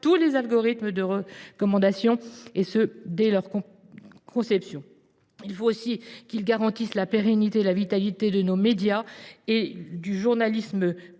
tous les algorithmes de recommandation, et ce dès leur conception. Il faut aussi qu’il garantisse la pérennité et la vitalité de nos médias et du journalisme